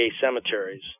cemeteries